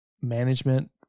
management